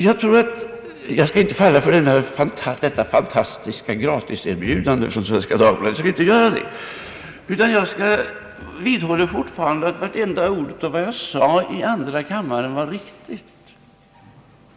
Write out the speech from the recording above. Jag skall inte falla för det fantastiska gratiserbjudandet från Svenska Dagbladet, utan jag vidhåller fortfarande att vad jag sade i andra kammaren var riktigt.